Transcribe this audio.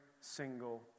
single